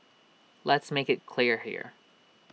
let's make IT clear here